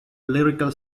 lyrical